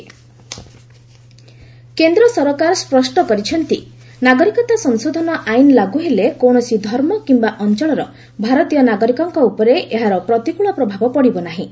CAA manifestation କେନ୍ଦ୍ର ସରକାର ସ୍ୱଷ୍ଟ କରିଛନ୍ତି ନାଗରିକତା ସଂଶୋଧନ ଆଇନ ଲାଗୁ ହେଲେ କୌଣସି ଧର୍ମ କିୟା ଅଞ୍ଚଳର ଭାରତୀୟ ନାଗରିକଙ୍କ ଉପରେ ଏହାର ପ୍ରତିକୃଳ ପ୍ରଭାବ ପଡ଼ିବ ନାହିଁ